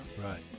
Right